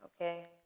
Okay